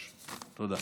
6). תודה.